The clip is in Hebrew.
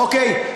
אוקיי,